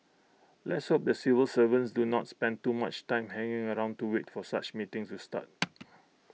let's hope the civil servants do not spend too much time hanging around to wait for such meetings to start